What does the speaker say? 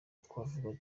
twavuga